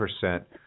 percent